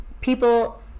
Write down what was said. people